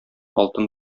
алтын